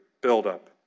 buildup